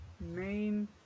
main